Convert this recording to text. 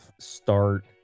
start